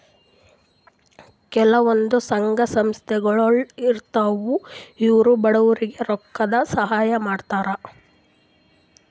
ಕೆಲವಂದ್ ಸಂಘ ಸಂಸ್ಥಾಗೊಳ್ ಇರ್ತವ್ ಇವ್ರು ಬಡವ್ರಿಗ್ ರೊಕ್ಕದ್ ಸಹಾಯ್ ಮಾಡ್ತರ್